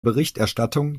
berichterstattung